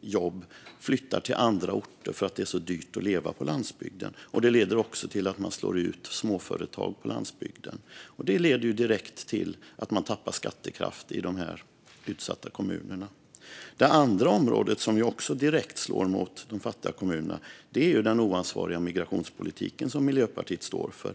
jobb flyttar till andra orter för att det är dyrt att leva på landsbygden. Det leder till att man slår ut småföretag på landsbygden. Och det leder direkt till att de utsatta kommunerna tappar skattekraft. Det andra området, som också direkt slår mot de fattiga kommunerna, är den oansvariga migrationspolitik som Miljöpartiet står för.